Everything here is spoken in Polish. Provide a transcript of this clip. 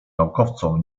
naukowcom